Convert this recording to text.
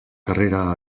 carrera